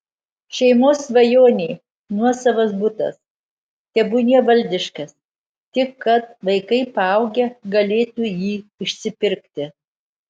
šeimos svajonė nuosavas butas tebūnie valdiškas tik kad vaikai paaugę galėtų jį išsipirkti